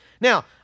Now